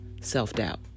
self-doubt